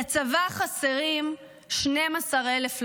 לצבא חסרים 12,000 לוחמים.